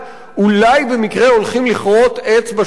אולי במקרה הולכים לכרות עץ בשכונה?